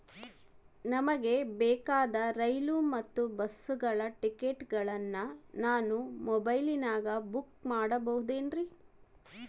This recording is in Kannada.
ನಮಗೆ ಬೇಕಾದ ರೈಲು ಮತ್ತ ಬಸ್ಸುಗಳ ಟಿಕೆಟುಗಳನ್ನ ನಾನು ಮೊಬೈಲಿನಾಗ ಬುಕ್ ಮಾಡಬಹುದೇನ್ರಿ?